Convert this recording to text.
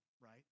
right